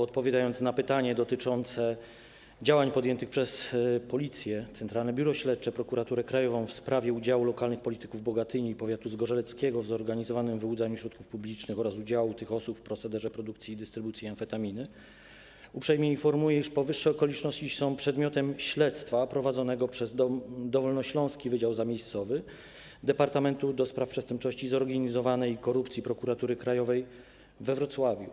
Odpowiadając na pytanie dotyczące działań podjętych przez Policję, Centralne Biuro Śledcze i Prokuraturę Krajową w sprawie udziału lokalnych polityków Bogatyni i powiatu zgorzeleckiego w zorganizowanym wyłudzaniu środków publicznych oraz udziału tych osób w procederze produkcji i dystrybucji amfetaminy, uprzejmie informuję, iż powyższe okoliczności są przedmiotem śledztwa prowadzonego przez Dolnośląski Wydział Zamiejscowy Departamentu do Spraw Przestępczości Zorganizowanej i Korupcji Prokuratury Krajowej we Wrocławiu.